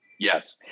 Yes